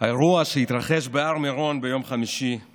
בהר מירון ביום חמישי הוא